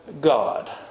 God